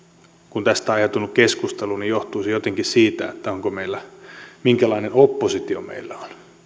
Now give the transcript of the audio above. tästä aiheutunut keskustelu johtuisi jotenkin siitä minkälainen oppositio meillä on niin